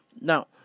now